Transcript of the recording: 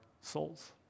souls